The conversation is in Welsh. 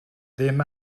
ddim